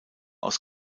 aus